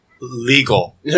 Legal